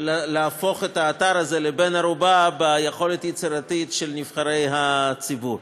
להפוך את האתר הזה לבן-ערובה ליכולת היצירתית של נבחרי הציבור.